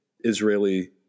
Israeli